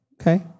Okay